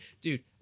dude